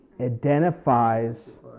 identifies